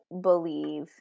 believe